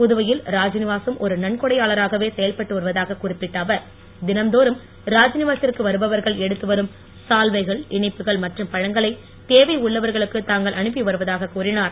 புதுவையில் ராத்நிவாகம் ஒரு நன்கொடையாளராகவே செயல்பட்டு வருவதாக குறிப்பிட்ட அவர் தினந்தோறும் ராத்நிவாசிற்கு வருபவர்கள் எடுத்து வரும் சால்வைகள் இனிப்புகள் மற்றும் பழங்களை தேவை உள்ளவர்களுக்கு தாங்கள் அனுப்பி வருவதாக கூறினார்